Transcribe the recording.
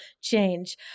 change